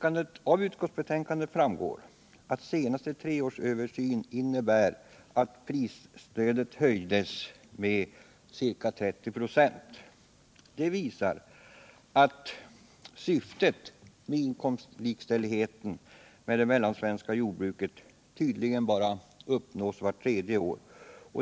Av utskottsbetänkandet framgår att senaste treårsöversyn innebär att prisstödet höjdes med ca 30 26. Detta visar att syftet om inkomstlikställighet med det mellansvenska jordbruket tydligen bara uppnås vart tredje år.